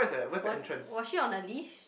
was was she on a leash